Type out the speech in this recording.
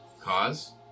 Cause